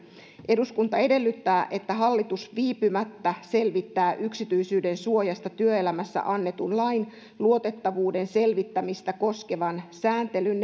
eduskunta edellyttää että hallitus viipymättä selvittää yksityisyydensuojasta työelämässä annetun lain luotettavuuden selvittämistä koskevan sääntelyn